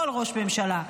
כל ראש ממשלה,